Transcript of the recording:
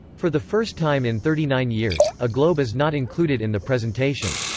for the first time in thirty nine years, a globe is not included in the presentation.